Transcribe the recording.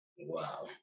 Wow